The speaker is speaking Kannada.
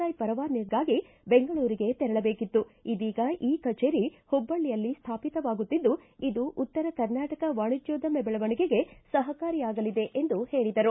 ಐ ಪರವಾನಗಿಗಾಗಿ ಬೆಂಗಳೂರಿಗೆ ತೆರಳಬೇಕಿತ್ತು ಇದೀಗ ಈ ಕಛೇರಿ ಹುಬ್ಬಳ್ಳಿಯಲ್ಲಿ ಸ್ಥಾಪಿತವಾಗುತ್ತಿದ್ದು ಇದು ಉತ್ತರ ಕರ್ನಾಟಕ ವಾಣಿಜ್ಯೋದ್ಯಮ ಬೆಳವಣಿಗೆಗೆ ಸಹಕಾರಿಯಾಗಲಿದೆ ಎಂದು ಹೇಳಿದರು